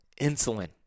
Insulin